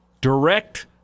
direct